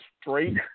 straight